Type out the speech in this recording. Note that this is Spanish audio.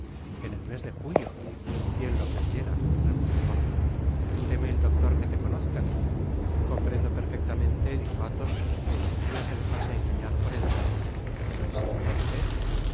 en et mes de julio quien lo creyera repuso porthos teme el doctor que te conozcan content from google book search generated at comprendo perfectamente dijo athos que el espia se dejase engañar por el talle pero et semblante